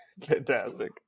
Fantastic